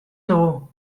dugu